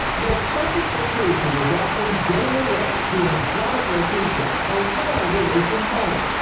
the perfect vacation is often getting away to an exotic location, a world away from home.